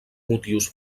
motius